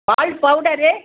பால் powder